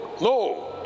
no